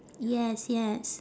yes yes